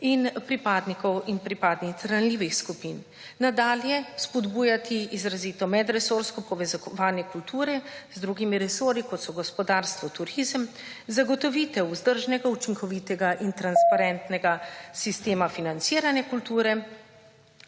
in pripadnikov in pripadnic ranljivih skupin. Nadalje spodbujati izrazito medresorsko povezovanje kulture z drugimi resorji kot so gospodarstvo, turizem, zagotovitev vzdržnega, učinkovitega in transparentnega / znak za konec